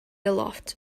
aloft